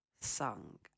song